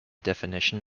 definition